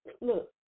Look